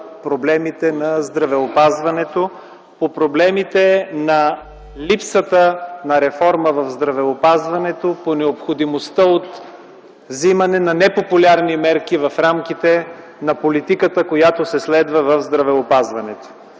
проблемите на здравеопазването, по проблемите на липсата на реформа в здравеопазването по необходимостта от вземане на непопулярни мерки в рамките на политиката, която се следва в здравеопазването.